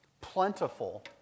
plentiful